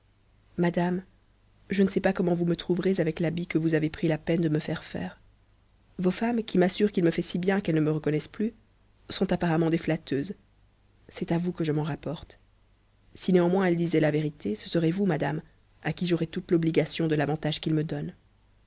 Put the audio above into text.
madame je sais pas comment vous me trouverez avec l'habit que vous avez pris la peine de me fairè faire vos femmes qui m'assurent qu'il me fait si bien qu'elles ne me connaissent plus sont apparemment des batteuses vous que je m'en rapporte si néanmoins elles disaient la vérité ce serait vous madame à qui j'aurais toute l'obligation de l'avantag qu'il me donne